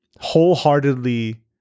wholeheartedly